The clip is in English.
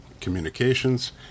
communications